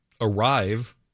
arrive